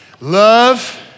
love